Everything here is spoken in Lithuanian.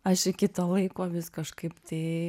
aš iki to laiko vis kažkaip tai